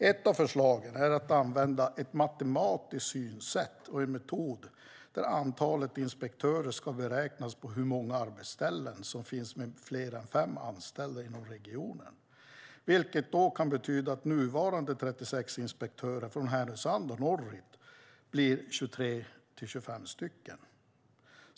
Ett av förslagen är att använda ett matematiskt synsätt och en metod där antalet inspektörer ska beräknas på hur många arbetsställen som finns med fler än fem anställda inom regionen. Det kan då betyda att nuvarande 36 inspektörer från Härnösand och norrut kan bli 23-25 stycken.